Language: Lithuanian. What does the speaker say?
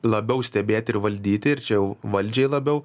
labiau stebėt ir valdyti ir čia jau valdžiai labiau